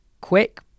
quick